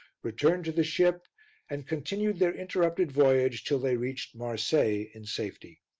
returned to the ship and continued their interrupted voyage till they reached marseilles in safety.